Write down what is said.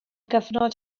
gyfnod